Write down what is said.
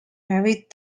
married